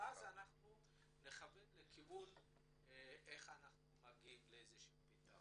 ואז נכוון להגעה לאיזה שהוא פתרון.